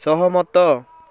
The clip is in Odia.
ସହମତ